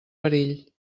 perill